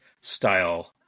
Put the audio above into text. style